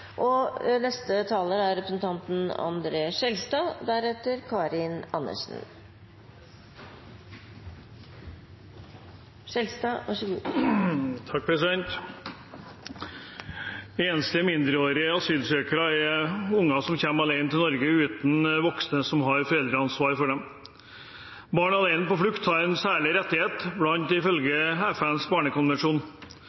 mindreårige asylsøkere er unger som kommer alene til Norge uten voksne som har foreldreansvar for dem. Barn alene på flukt har en særlig rettighet ifølge